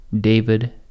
David